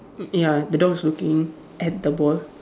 ya the dog is looking at the ball